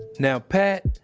now pat,